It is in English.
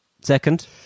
Second